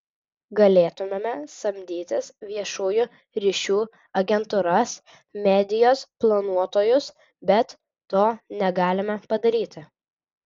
galėtumėme samdytis viešųjų ryšių agentūras medijos planuotojus bet to negalime padaryti